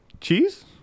Cheese